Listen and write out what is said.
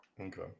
Okay